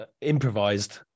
improvised